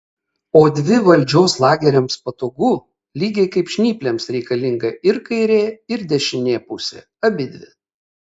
o dvi valdžios lageriams patogu lygiai kaip žnyplėms reikalinga ir kairė ir dešinė pusė abidvi